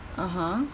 (uh huh)